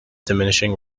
diminishing